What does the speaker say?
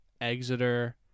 Exeter